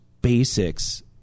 basics